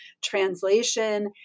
translation